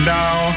now